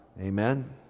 Amen